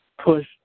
push